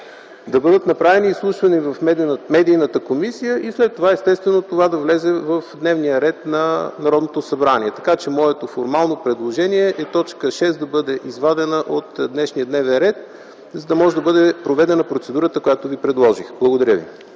гражданското общество и медиите, и след това естествено това да влезе в дневния ред на Народното събрание. Моето формално предложение е т. 6 да бъде извадена от днешния дневен ред, за да може да бъде проведена процедурата, която Ви предложих. Благодаря Ви.